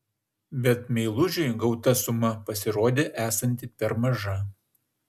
bet meilužiui gauta suma pasirodė esanti per maža